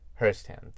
Hursthand